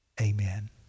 Amen